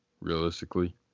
realistically